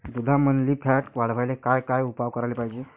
दुधामंदील फॅट वाढवायले काय काय उपाय करायले पाहिजे?